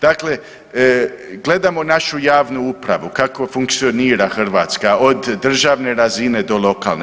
Dakle, gledamo našu javnu upravu kako funkcionira Hrvatska od državne razine do lokalne.